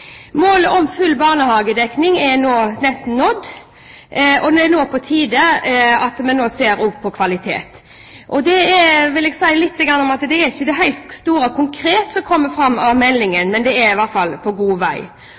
Målet om full barnehagedekning er nå nesten nådd, og det er på tide at vi også ser på kvalitet, og det vil jeg si litt om. Helt konkret er det ikke det helt store som kommer fram av meldingen, men man er i hvert fall på god vei.